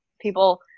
people